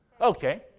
Okay